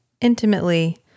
intimately